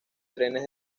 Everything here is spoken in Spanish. trenes